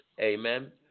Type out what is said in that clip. amen